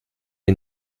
die